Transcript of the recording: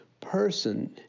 person